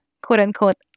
quote-unquote